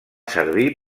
servir